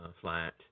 flat